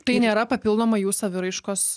tai nėra papildoma jų saviraiškos